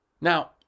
Now